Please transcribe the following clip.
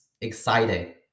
exciting